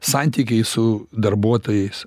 santykiai su darbuotojais